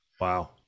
Wow